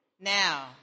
Now